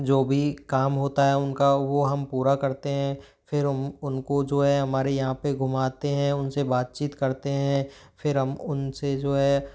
जो भी काम होता है उनका वो हम पूरा करते हैं फिर हम उनको जो है हमारे यहाँ पे घूमाते हैं उनसे बातचीत करते हैं फिर हम उनसे जो है